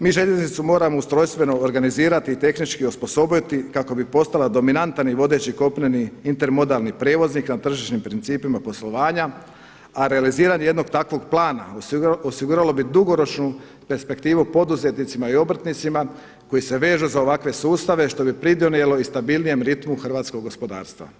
Mi željeznicu moramo ustrojstveno organizirati i tehnički osposobiti kako bi postala dominantan i vodeći kopneni intermodalni prijevoznik na tržišnim principima poslovanja a realiziranje jednog takvog plana osiguralo bi dugoročnu perspektivu poduzetnicima i obrtnicima koji se vežu za ovakve sustave što bi pridonijelo i stabilnijem ritmu hrvatskog gospodarstva.